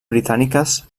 britàniques